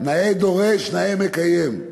נאה דורש, נאה מקיים.